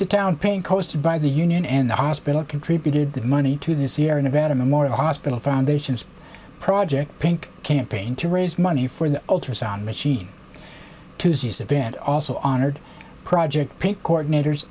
to town pain caused by the union and the hospital contributed the money to the sierra nevada memorial hospital foundation's project pink campaign to raise money for the ultrasound machine tuesday's event also honored project coordinators